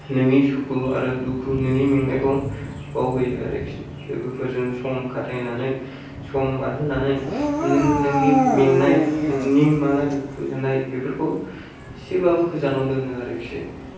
नोंनि सुखु आरो दुखु नोंनि मेंनायखौ बावहोयो आरोखि लोगोफोरजों सम खाथायनानै सम बारहोनानै नों नोंनि मेंनाय नोंनि माला दुखु जानाय बेफोरखौ एसेबाबो गोजानाव दोनो आरोखि